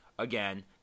Again